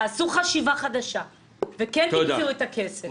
תעשו חשיבה ותמצאו את הכסף.